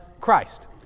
Christ